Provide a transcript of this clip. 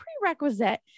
prerequisite